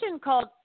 called